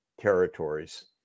territories